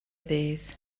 dydd